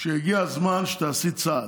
שהגיע הזמן שתעשי צעד.